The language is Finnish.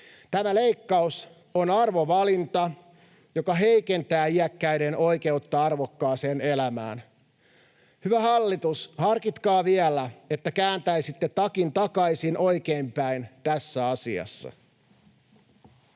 Tämä leikkaus on arvovalinta, joka heikentää iäkkäiden oikeutta arvokkaaseen elämään. Hyvä hallitus, harkitkaa vielä, että kääntäisitte takin takaisin oikeinpäin tässä asiassa.